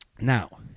now